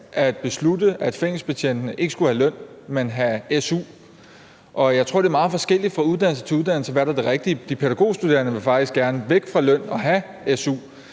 at beslutte, at fængselsbetjentene ikke skulle have løn, men have su. Og jeg tror, det er meget forskelligt fra uddannelse til uddannelse, hvad der er det rigtige; de pædagogstuderende vil faktisk gerne væk fra løn og have su.